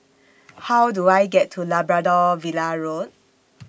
How Do I get to Labrador Villa Road